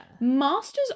Masters